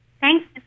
Thanks